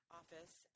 office